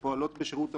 שפועלות בשירות המדינה,